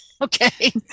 Okay